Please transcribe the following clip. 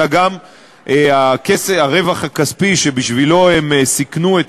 אלא גם הרווח הכספי שבשבילו הם סיכנו את